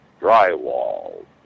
drywall